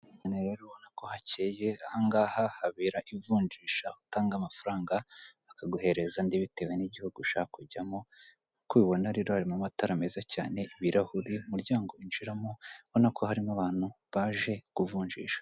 Rero ubona ko hakeye ahangaha habera ivunjisha utanga amafaranga akaguhereza andi bitewe n'igihugu ushaka kujyamo, uko ubibona rero harimo amatara meza cyane, ibirahuri umuryango winjiramo ubona ko harimo abantu baje kuvunjisha.